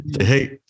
Hey